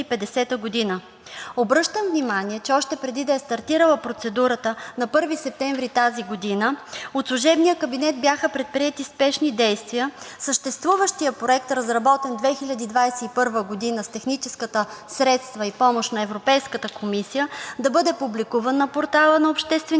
Обръщам внимание, че още преди да е стартирала процедурата на 1 септември тази година, от служебния кабинет бяха предприети спешни действия съществуващият проект, разработен 2021 г. с техническите средства и помощ на Европейската комисия, да бъде публикувана на портала за обществени